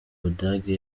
budage